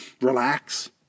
relax